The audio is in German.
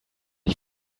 ich